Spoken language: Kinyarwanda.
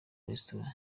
restaurant